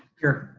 here.